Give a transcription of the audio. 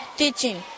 teaching